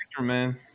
man